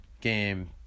Game